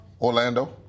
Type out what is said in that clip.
Orlando